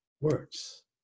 words